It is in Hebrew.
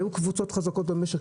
היו קבוצות חזקות במשק,